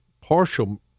partial